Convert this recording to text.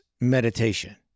meditation